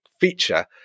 feature